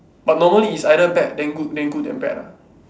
but normally is either bad then good then good then bad lah